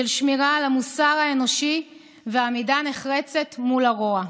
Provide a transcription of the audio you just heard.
של שמירה על המוסר האנושי ועמידה נחרצת מול הרוע.